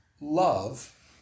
love